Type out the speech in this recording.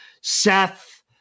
Seth